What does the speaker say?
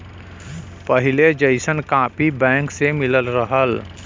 पहिले जइसन copy bank से मिलत रहल